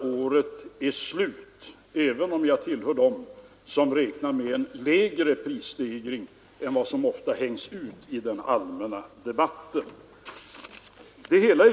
Det är således med en viss spänning vi har att avvakta den kommande utvecklingen.